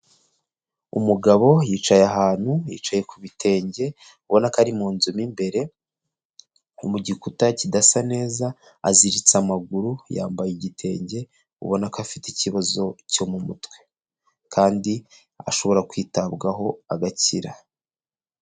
Umugabo yicaye ahantu yicaye ku bitenge ubona ko ari mu nzu mu imbere mu gikuta kidasa neza, aziritse amaguru yambaye igitenge ubona ko afite ikibazo cyo mu mutwe kandi ashobora kwitabwaho agakira.